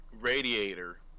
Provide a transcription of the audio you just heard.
radiator